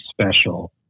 special